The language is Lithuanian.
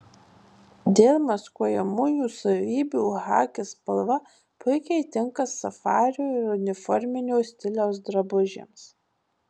dėl maskuojamųjų savybių chaki spalva puikiai tinka safario ir uniforminio stiliaus drabužiams